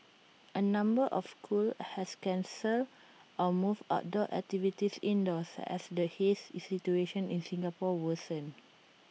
A number of school have cancelled or moved outdoor activities indoors as the haze situation in Singapore worsens